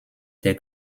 der